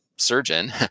surgeon